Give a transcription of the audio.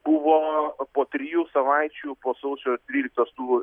buvo po trijų savaičių po sausio tryliktos tų